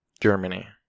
Germany